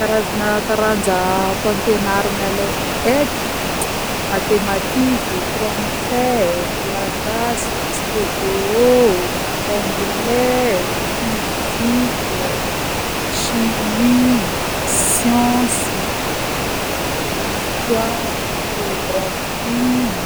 Karazagna taranjam-mpampianaragna le eky: matematiky, français, malagasy, histo-geo, anglais, fizika, chimie, science, histoara, geografy.